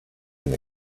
and